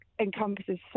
encompasses